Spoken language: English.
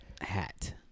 hat